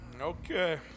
Okay